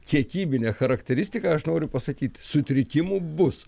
kiekybine charakteristika aš noriu pasakyti sutrikimų bus